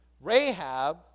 Rahab